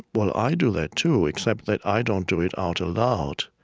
well, i do that, too, except that i don't do it out loud.